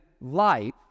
life